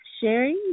Sherry